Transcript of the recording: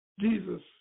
Jesus